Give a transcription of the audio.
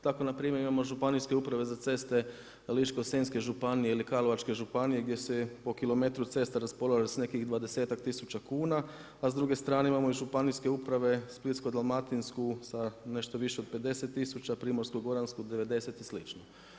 Tako na primjer imamo Županijske uprave za ceste Ličko-senjske županije ili Karlovačke županije gdje se po kilometru ceste raspolaže sa nekih 20-tak tisuća kuna, a s druge strane imamo i Županijske uprave Splitsko-dalmatinsku sa nešto više od 50000, Primorsko-goransku 90 i slično.